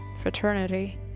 fraternity